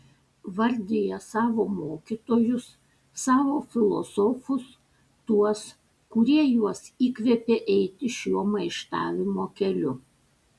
vardija savo mokytojus savo filosofus tuos kurie juos įkvėpė eiti šiuo maištavimo keliu